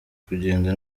kugenda